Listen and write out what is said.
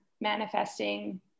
manifesting